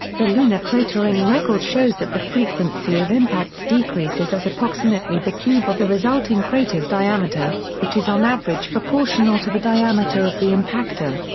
the lunar cratering record shows that the frequency of impacts decreases as approximately the cube of the resulting crater's diameter, which is on average proportional to the diameter of the impactor.